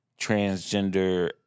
transgender